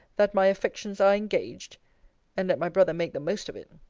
that my affections are engaged and let my brother make the most of it.